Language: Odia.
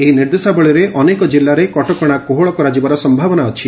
ଏହି ନିର୍ଦ୍ଦେଶାବଳୀରେ ଅନେକ ଜିଲ୍ଲାରେ କଟକଣା କୋହଳ କରାଯିବାର ସମ୍ଭାବନା ଅଛି